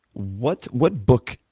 what what book,